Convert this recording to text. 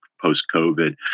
post-COVID